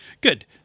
Good